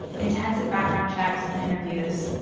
intensive background checks and interviews.